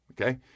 Okay